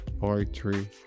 poetry